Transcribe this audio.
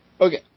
Okay